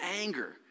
anger